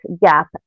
gap